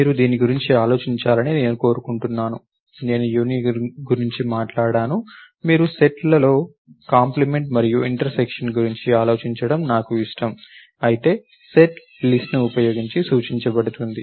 మీరు దీని గురించి ఆలోచించాలని నేను కోరుకుంటున్నాను నేను యూనియన్ గురించి మాట్లాడాను మీరు సెట్లలో కాంప్లిమెంట్ మరియు ఇంటర్సెక్షన్ గురించి ఆలోచించడం నాకు ఇష్టం అయితే సెట్ లిస్ట్ ను ఉపయోగించి సూచించబడుతుంది